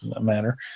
matter